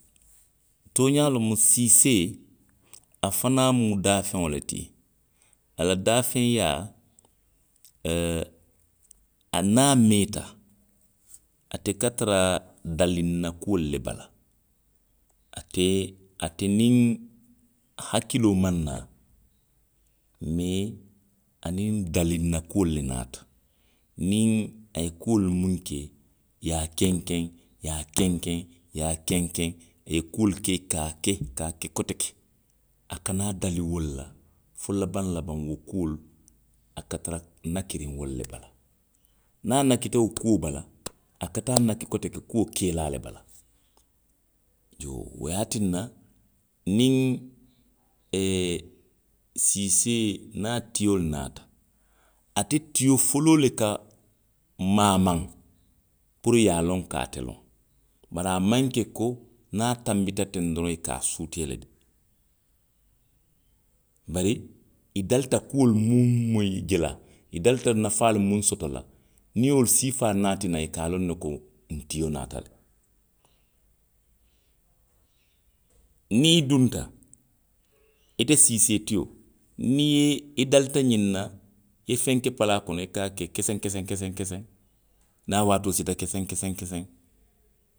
Tooňaa siisee, afanaŋ mu daafeŋole ti. A la daafenyaa. a niŋ a meeta ate ka tara dalinna kuolu le bala. a te, a ke niŋ hakkiloo maŋ naa. Mee. aniŋ dalinna kuolu le naata. Niŋ a ye kuolu minnu ke, i ye a kenkeŋ. i ye a kenkeŋ, i ye a kenkeŋ, i ye kuolu ke, ka a ke koteke a ka naa dali wo le la, fo labaŋ labaŋo wo kuolu, a ka tara nakkiriŋ wolu le bala. Niŋ a nakkita wo kuo bala. a ka taa nakki koteke kuokee laa le bala. Iyoo wo ye a tinna niŋ siisee niŋ a tio naata. ate tio le foloo ka maamaŋ puru i ye a loŋ ko ate loŋ. Bariu a maŋ ke ko. niŋ a tanbita teŋ doroŋ i ka a suutee le de. Bari idalita kuolu muŋ moyi, je la, i dalita nafaalu minnu soto la. niŋ i ye wolu siifaa naati naŋ. i ka a loŋ ne ko, ntio naata le. niŋ i dunta. ite siisee tio. niŋ i dalita ňiŋ na. i ka feŋ ke palaa kono i ka a ke keseŋ, kesew, keseŋ. keseŋ, niŋ a waatoo siita keseŋ keseŋ keseŋ